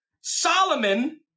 Solomon